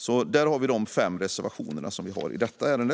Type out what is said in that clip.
Det var alltså de fem reservationer vi har i detta ärende.